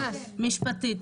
משפטית.